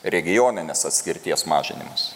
regioninės atskirties mažinimas